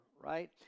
right